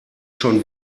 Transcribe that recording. schon